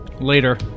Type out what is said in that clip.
Later